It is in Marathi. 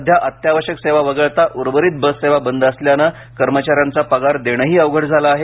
सध्या अत्यावश्यक सेवा वगळता उर्वरित बससेवा बंद असल्याने कर्मचाऱ्यांचा पगार देणेही अवघड झालं आहे